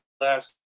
last